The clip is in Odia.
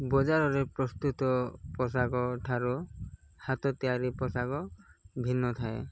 ବଜାରରେ ପ୍ରସ୍ତୁତ ପୋଷକ ଠାରୁ ହାତ ତିଆରି ପୋଷାକ ଭିନ୍ନ ଥାଏ